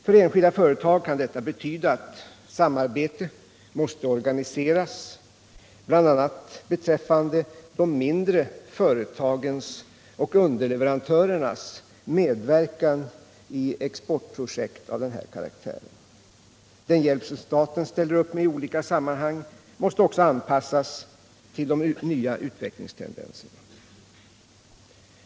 För enskilda företag kan detta betyda att samarbete måste organiseras, bl.a. beträffande de mindre företagens och underleverantörernas medverkan i exportprojekt av den här karaktären. Den hjälp staten ställer upp med i olika sammanhang måste också anpassas till de nya utvecklingstendenserna.